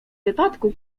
wypadku